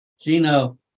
Gino